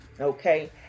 Okay